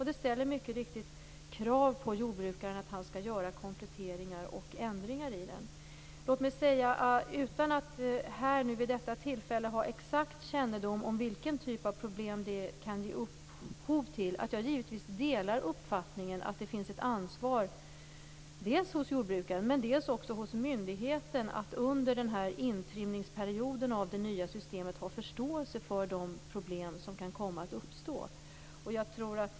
Det ställer mycket riktigt krav på jordbrukaren att han skall göra kompletteringar och ändringar i den. Låt mig, utan att vid detta tillfälle ha exakt kännedom om vilken typ av problem som det kan ge upphov till, säga att jag givetvis delar uppfattningen att det finns ett ansvar dels hos jordbrukaren, dels också hos myndigheten att under det nya systemets intrimningsperiod ha förståelse för de problem som kan komma att uppstå.